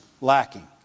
lacking